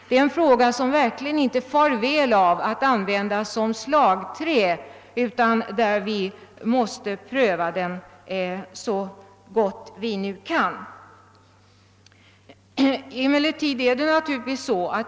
Det är en fråga som verkligen inte far väl av att användas som slagträ utan som vi måste pröva så gott vi kan.